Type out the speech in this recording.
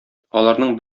аларның